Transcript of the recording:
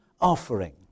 offering